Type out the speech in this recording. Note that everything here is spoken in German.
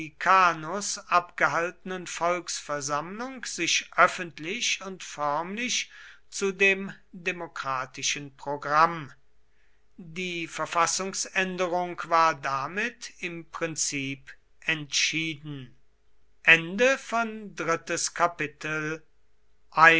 abgehaltenen volksversammlung sich öffentlich und förmlich zu dem demokratischen programm die verfassungsänderung war damit im prinzip entschieden